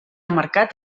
mercat